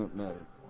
those